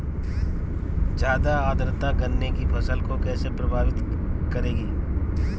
ज़्यादा आर्द्रता गन्ने की फसल को कैसे प्रभावित करेगी?